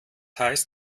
heißt